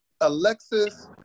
Alexis